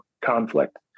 conflict